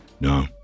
No